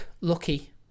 lucky